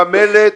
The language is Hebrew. במלט,